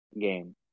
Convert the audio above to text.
game